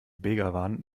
begawan